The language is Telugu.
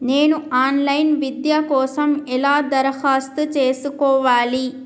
నేను ఆన్ లైన్ విద్య కోసం ఎలా దరఖాస్తు చేసుకోవాలి?